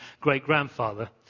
great-grandfather